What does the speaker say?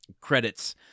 credits